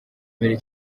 mbere